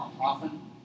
often